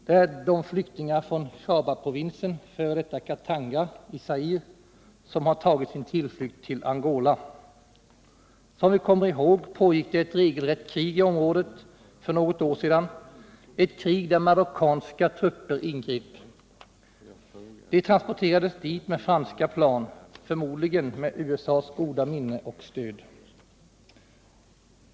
Det gäller de flyktingar från Shabaprovinsen, f.d. Katanga, i Zaire, som har tagit sin tillflykt till Angola — som bekant pågick det ett regelrätt krig i området för något år sedan, ett krig där marockanska trupper ingrep. De transporterades dit med franska plan, förmodligen med USA:s goda minne och stöd.